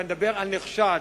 ואני מדבר על נחשד,